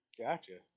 Gotcha